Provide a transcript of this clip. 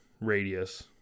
radius